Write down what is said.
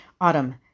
Autumn